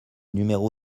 numéro